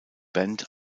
band